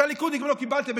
את הליכוד לא קיבלתם.